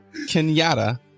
kenyatta